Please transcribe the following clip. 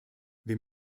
wir